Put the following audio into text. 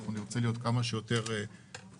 אנחנו נרצה להיות כמה שיותר גמישים.